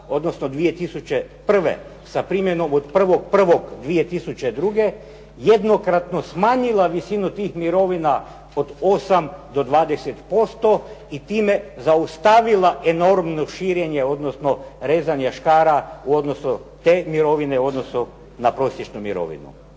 odnosno 2001. sa primjenom od 1. 1. od 2002. jednokratno smanjila visinu tih mirovina od 8 do 20% i time zaustavila enormno širenje odnosno rezanje škara u odnosu te mirovine, u odnosu na prosječnu mirovinu.